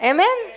Amen